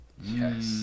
Yes